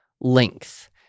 length